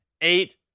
eight